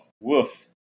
woof